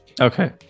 okay